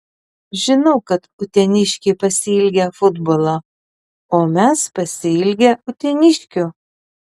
žinau kad uteniškiai pasiilgę futbolo o mes pasiilgę uteniškių